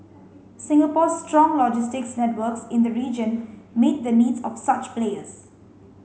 Singapore's strong logistics networks in the region meet the needs of such players